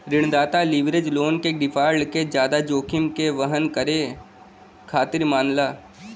ऋणदाता leverage loan क default के जादा जोखिम के वहन करे खातिर मानला